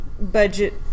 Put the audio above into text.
budget